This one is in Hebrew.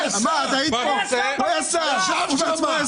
הוא היה שר בממשלה.